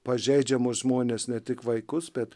pažeidžiamus žmones ne tik vaikus bet